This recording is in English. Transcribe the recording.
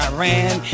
Iran